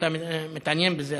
ואתה מתעניין בזה,